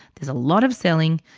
there's a lot of selling,